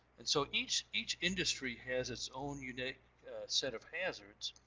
and so each each industry has its own unique set of hazards,